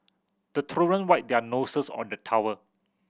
the children wipe their noses on the towel